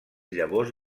llavors